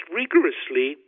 rigorously